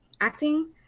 acting